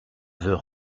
veut